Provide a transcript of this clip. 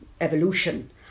evolution